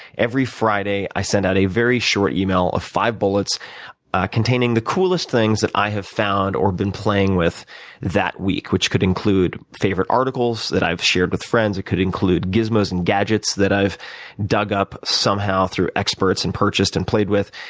every friday i send out a very short email of five bullets containing the coolest things that i have found or been playing with that week, which could include favorite articles that i've shared with friends. it could include gizmos and gadgets that i've dug up somehow through experts and purchased and played with.